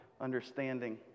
understanding